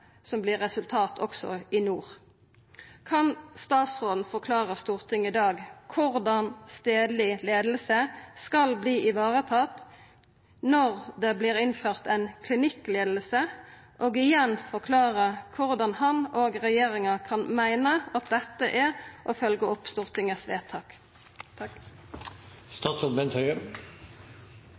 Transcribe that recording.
også i nord. Kan statsråden forklara Stortinget i dag korleis stadleg leiing skal verte varetatt når det vert innført ei klinikkleiing, og – igjen – forklara korleis han og regjeringa kan meina at dette er å følgja opp Stortingets vedtak?